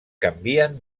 canvien